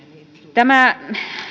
tämä